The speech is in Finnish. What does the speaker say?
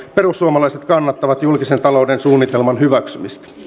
perussuomalaiset kannattavat julkisen talouden suunnitelman hyväksymist